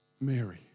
Mary